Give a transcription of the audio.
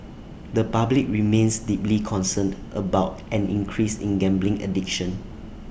the public remains deeply concerned about an increase in gambling addiction